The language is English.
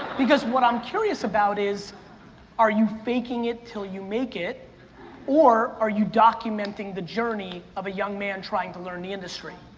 because what i'm curious about is are you faking it til you make it or are you documenting the journey of a young man trying to learn the industry?